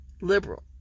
liberal